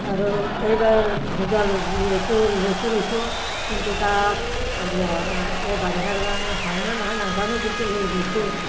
আৰু এইবাৰ দুডাল লেচু লেচু ৰুইছোঁ কিন্তু তাত হেৰি হোৱা নাই এই বাৰিষাৰ কাৰণে হয়নে নহয় নাজানো কিন্তু লু ৰুইছোঁ